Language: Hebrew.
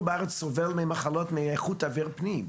בארץ סובל ממחלות מאיכות אוויר פנים.